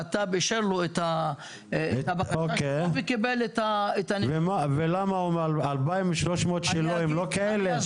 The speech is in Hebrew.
בט"פ אישר לו את הבקשה שלו וקיבל את --- 2,300 הם לא כאלה?